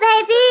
baby